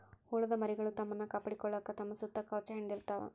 ಹುಳದ ಮರಿಗಳು ತಮ್ಮನ್ನ ಕಾಪಾಡಕೊಳಾಕ ತಮ್ಮ ಸುತ್ತ ಕವಚಾ ಹೆಣದಿರತಾವ